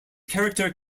character